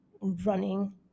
running